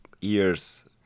years